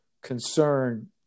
Concern